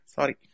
Sorry